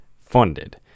funded